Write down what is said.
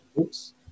Oops